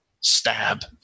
stab